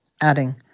adding